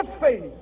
faith